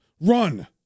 Run